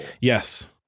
yes